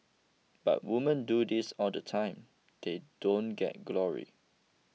but women do this all the time they don't get glory